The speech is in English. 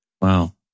Wow